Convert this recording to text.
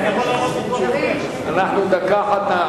דקה אחת,